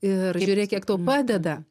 ir žiūrėk kiek tau padeda